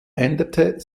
änderte